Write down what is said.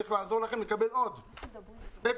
צריך לעזור לכם לקבל עוד 0.7,